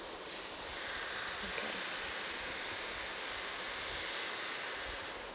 okay